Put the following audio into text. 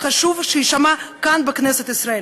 חשוב שיישמע כאן בכנסת ישראל.